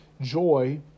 Joy